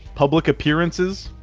public appearances,